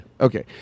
okay